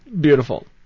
Beautiful